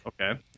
Okay